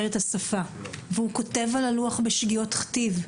את השפה וכותב על הלוח בשגיאות כתיב,